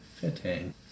Fitting